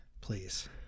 please